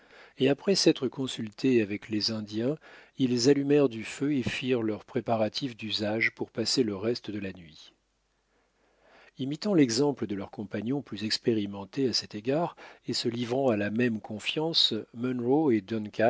et après s'être consulté avec les indiens ils allumèrent du feu et firent leurs préparatifs d'usage pour passer le reste de la nuit imitant l'exemple de leurs compagnons plus expérimentés à cet égard et se livrant à la même confiance